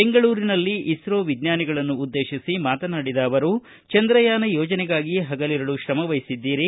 ಬೆಂಗಳೂರಿನಲ್ಲಿ ಇಸ್ತೋ ವಿಜ್ಞಾನಿಗಳನ್ನು ಉದ್ದೇಶಿಸಿ ಮಾತನಾಡಿದ ಅವರು ಚಂದ್ರಯಾನ ಯೋಜನೆಗಾಗಿ ಹಗಲಿರುಳು ತ್ರಮವಹಿಸಿದ್ದೀರಿ